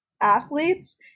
athletes